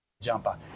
Jumper